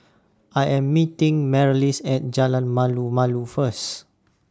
I Am meeting Marlys At Jalan Malu Malu First